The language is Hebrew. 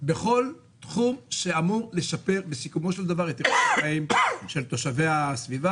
בכל תחום שאמור לשפר את החיים של תושבי הסביבה.